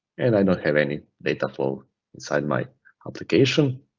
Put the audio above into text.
and i don't have any data flow inside my application.